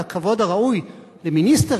את הכבוד הראוי למיניסטרים,